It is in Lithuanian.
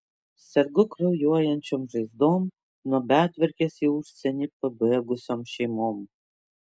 sergu kraujuojančiom žaizdom nuo betvarkės į užsienį pabėgusiom šeimom